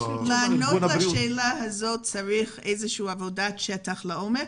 כדי לענות לשאלה הזו צריך עבודת שטח עמוקה.